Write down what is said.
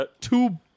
two